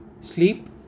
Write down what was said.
sleep